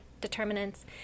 determinants